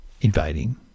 invading